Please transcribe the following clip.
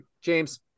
James